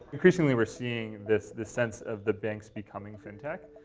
increasingly, we're seeing this this sense of the banks becoming fintech.